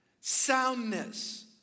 Soundness